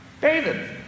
David